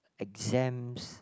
exams